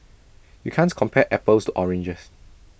you can't compare apples to oranges